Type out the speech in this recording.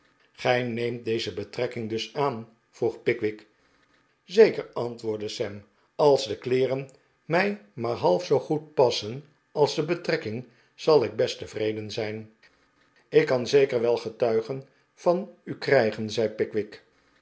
gij neemt deze betrekking dus aan vroeg pickwick zeker antwoordde sam als de kleeren mij maar half zoo goed passen als de betrekking zal ik best tevredeji zijn ik kan zeker wel getuigen van u krijgen zei pickwick